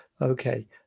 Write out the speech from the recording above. Okay